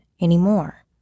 anymore